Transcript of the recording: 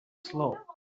slow